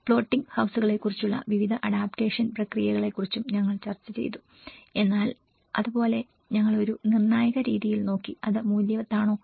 floating ഹൌസുകളെക്കുറിച്ചുള്ള വിവിധ adaptation പ്രക്രിയകളെക്കുറിച്ചും ഞങ്ങൾ ചർച്ച ചെയ്തു എന്നാൽ അതുപോലെ ഞങ്ങൾ ഒരു നിർണായക രീതിയിൽ നോക്കി അത് മൂല്യവത്താണോ